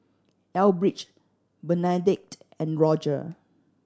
Elbridge Bernadette and Roger